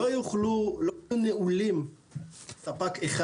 לא יהיו נעולים על ספק אחד,